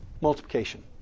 multiplication